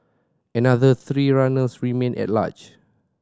another three runners remain at large